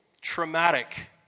traumatic